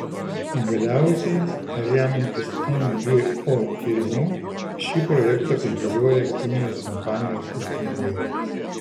galiausiai remiantis ngo tyrimu šį projektą kontroliuoja kinijos kompanijos ir pinigai